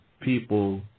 people